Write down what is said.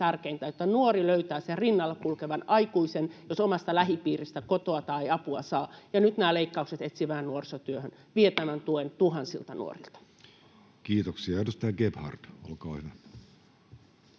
jotta nuori löytää sen rinnalla kulkevan aikuisen, jos omasta lähipiiristä kotoa ei apua saa. Nyt nämä leikkaukset etsivään nuorisotyöhön vievät tämän tuen tuhansilta nuorilta. Kiitoksia. — Edustaja Gebhard, olkaa hyvä.